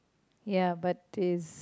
ya but it's